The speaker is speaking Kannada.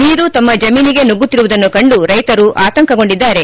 ನೀರು ತಮ್ಮ ಜಮೀನಿಗೆ ನುಗ್ಗುತ್ತಿರುವುದನ್ನು ಕಂಡು ರೈತರು ಆತಂಕಗೊಂಡಿದ್ದಾರೆ